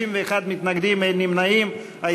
51 מתנגדים, אין נמנעים.